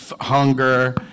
hunger